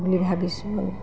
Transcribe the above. বুলি ভাবিছোঁ আৰু